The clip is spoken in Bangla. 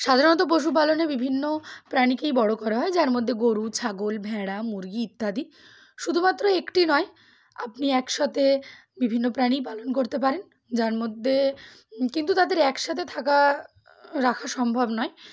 সাধারণত পশুপালনে বিভিন্ন প্রাণীকেই বড়ো করা হয় যার মধ্যে গরু ছাগল ভেড়া মুরগি ইত্যাদি শুধুমাত্র একটি নয় আপনি একসাথে বিভিন্ন প্রাণীই পালন করতে পারেন যার মধ্যে কিন্তু তাদের একসাথে থাকা রাখা সম্ভব নয়